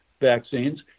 vaccines